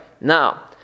Now